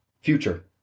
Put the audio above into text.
future